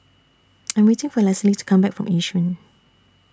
I'm waiting For Lesley to Come Back from Yishun